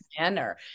manner